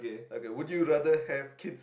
okay would you rather have kid